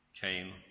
came